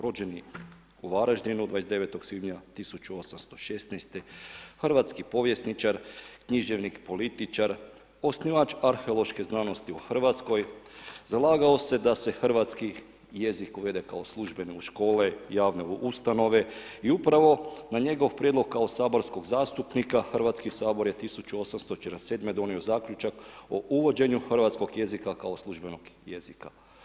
Rođen je u Varaždinu, 29. svibnja 1816., hrvatski povjesničar, književnik i političar, osnivač arheološke znanosti u Hrvatskoj, zalagao se da se hrvatski jezik uvede kao službeni u škole, javne ustanove i upravo na njegov prijedlog kao saborskog zastupnika, Hrvatski sabor je 1847. donio zaključak o uvođenju hrvatskog jezika kao službenog jezika.